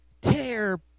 tear